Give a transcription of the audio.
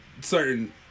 Certain